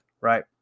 right